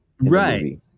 right